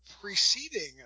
preceding